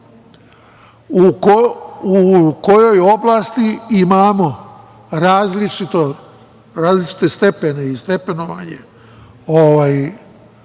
u kojoj oblasti imamo različite stepene ili stepenovanje značaja